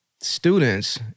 students